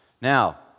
Now